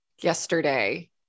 yesterday